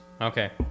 Okay